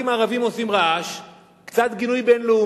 מה התקציב?